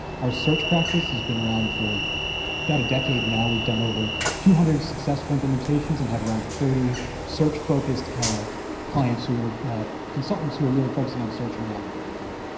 our search practice has been around for about a decade now. we've done over two hundred successful implementations and have around thirty search focused clients, who are consultants who are really focusing on search and ai in particular.